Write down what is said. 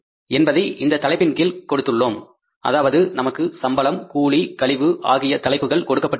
என்பதை இந்த தலைப்பின் கீழ் கொடுத்துள்ளோம் அதாவது நமக்கு சம்பளம் கூலி கழிவு ஆகிய தலைப்புகள் கொடுக்கப்பட்டுள்ளன